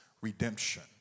redemption